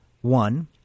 one